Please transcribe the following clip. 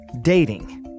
dating